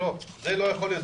זה לא יכול להיות,